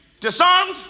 Disarmed